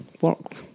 work